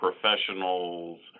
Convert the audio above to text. professionals